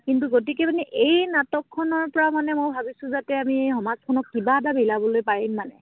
কিন্তু গতিকে মানে এই নাটকখনৰ পৰা মানে মই ভাবিছোঁ যাতে আমি এই সমাজখনক কিবা এটা মিলাবলৈ পাৰিম মানে